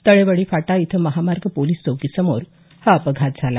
तळेवाडी फाटा इथं महामार्ग पोलिस चौकीसमोर हा अपघात झाला